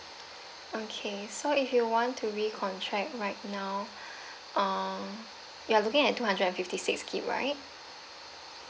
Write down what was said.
okay so if you want to re-contract right now uh you are looking at two hundred and fifty six gigabyte right